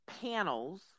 panels